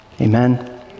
Amen